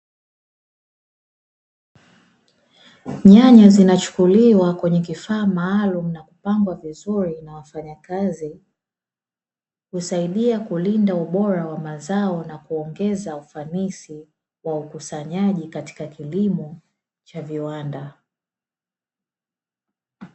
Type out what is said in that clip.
Nyanya zinachukuliwa kwenye kifaa maalum na kupangwa vizuri na wafanyakazi, husaidia kulinda ubora wa mazao na kuongeza ufanisi wa ukusanyaji katika kilimo cha viwanda.